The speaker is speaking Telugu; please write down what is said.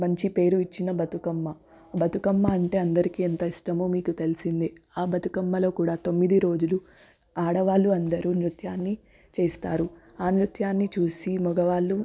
మంచిపేరు ఇచ్చిన బతుకమ్మ బతుకమ్మ అంటే అందరికీ ఎంత ఇష్టమో మీకు తెలిసిందే ఆ బతుకమ్మలో కూడా తొమ్మిది రోజులూ ఆడవాళ్ళు అందరూ నృత్యాన్ని చేస్తారు ఆ నృత్యాన్ని చూసి మగవాళ్ళు